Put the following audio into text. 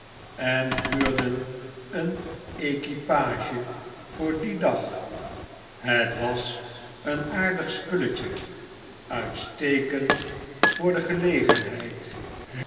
en huurden een equipage voor dien dag het waseenaardigspulletje uitstekend voor de gelegenheid